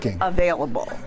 available